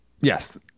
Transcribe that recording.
Yes